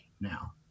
now